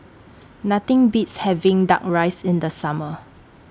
Nothing Beats having Duck Rice in The Summer